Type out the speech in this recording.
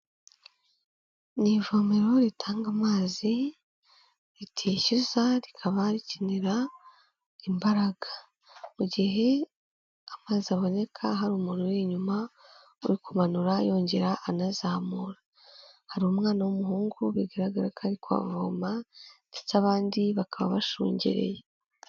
Ni ivomero ritanga amazi ritishyuza, rikaba rikenera imbaraga. Mu gihe amazi aboneka hari umuntu uri inyuma, uri kumanura yongera anazamura. Hari umwana w'umuhungu, bigaragara ko ari kuhavoma ndetse abandi bakaba bashungereye.